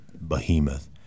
behemoth